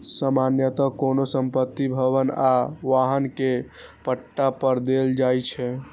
सामान्यतः कोनो संपत्ति, भवन आ वाहन कें पट्टा पर देल जाइ छै